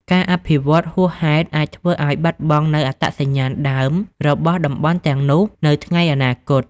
ការអភិវឌ្ឍហួសហេតុអាចធ្វើឱ្យបាត់បង់នូវអត្តសញ្ញាណដើមរបស់តំបន់ទាំងនោះនៅថ្ងៃអនាគត។